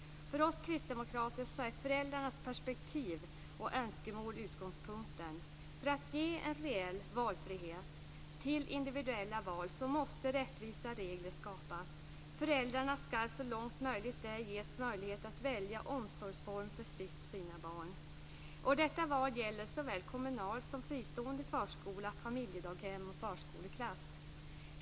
För oss kristdemokrater är föräldrarnas perspektiv och önskemål utgångspunkten. För att ge en reell frihet att göra individuella val måste rättvisa regler skapas. Föräldrar skall så långt möjligt ges chansen att välja omsorgsform för sitt/sina barn. Detta val gäller såväl kommunal som fristående förskola. Det gäller också familjedaghem och förskoleklass.